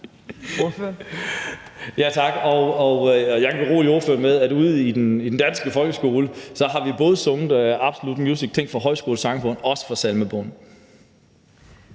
Og jeg kan berolige ordføreren med, at ude i den danske folkeskole har vi både sunget sange fra »Absolute Music« og fra Højskolesangbogen, og vi har også